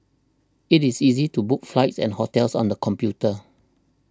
it is easy to book flights and hotels on the computer